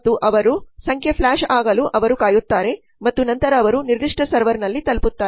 ಮತ್ತು ಅವರ ಸಂಖ್ಯೆ ಫ್ಲ್ಯಾಷ್ ಆಗಲು ಅವರು ಕಾಯುತ್ತಾರೆ ಮತ್ತು ನಂತರ ಅವರು ನಿರ್ದಿಷ್ಟ ಸರ್ವರ್ನಲ್ಲಿ ತಲುಪುತ್ತಾರೆ